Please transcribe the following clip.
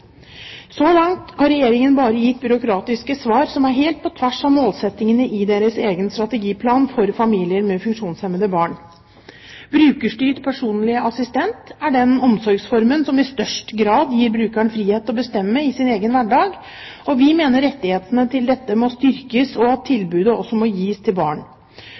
Så langt har Regjeringen bare gitt byråkratiske svar, som går helt på tvers av målsettingene i deres egen strategiplan for familier med funksjonshemmede barn. Brukerstyrt personlig assistanse er den omsorgsformen som i størst grad gir brukeren frihet til å bestemme i sin egen hverdag. Vi mener rettighetene til dette må styrkes, og at tilbudet også må gis til barn.